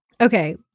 Okay